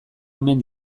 omen